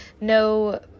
no